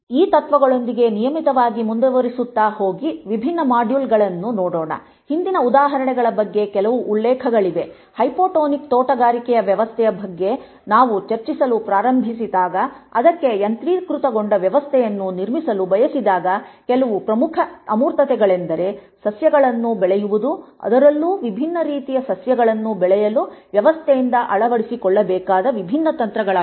ಈ ತತ್ವಗಳೊಂದಿಗೆ ನಿಯಮಿತವಾಗಿ ಮುಂದುವರೆಸುತ್ತ ಹೋಗಿ ವಿಭಿನ್ನ ಮಾಡ್ಯೂಲ್ಗಳನ್ನು ನೋಡೋಣ ಹಿಂದಿನ ಉದಾಹರಣೆಗಳ ಬಗ್ಗೆ ಕೆಲವು ಉಲ್ಲೇಖಗಳಿವೆ ಹೈಪೋಟೋನಿಕ್ ತೋಟಗಾರಿಕೆ ವ್ಯವಸ್ಥೆಯ ಬಗ್ಗೆ ನಾವು ಚರ್ಚಿಸಲು ಪ್ರಾರಂಭಿಸಿದಾಗ ಅದಕ್ಕೆ ಯಾಂತ್ರೀಕೃತಗೊಂಡ ವ್ಯವಸ್ಥೆಯನ್ನು ನಿರ್ಮಿಸಲು ಬಯಸಿದಾಗ ಕೆಲವು ಪ್ರಮುಖ ಅಮೂರ್ತತೆಗಳೆಂದರೆ ಸಸ್ಯಗಳನ್ನು ಬೆಳೆಯುವುದು ಅದರಲ್ಲೂ ವಿಭಿನ್ನ ರೀತಿಯ ಸಸ್ಯಗಳನ್ನು ಬೆಳೆಯಲು ವ್ಯವಸ್ಥೆಯಿಂದ ಅಳವಡಿಸಬೇಕಾದ ವಿಭಿನ್ನ ತಂತ್ರಗಳಾಗಿವೆ